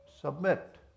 submit